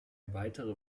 weitere